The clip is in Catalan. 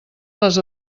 les